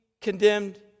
condemned